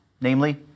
namely